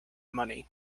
money